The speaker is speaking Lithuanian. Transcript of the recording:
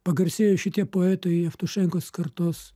pagarsėjo šitie poetai jevtušenkos kartos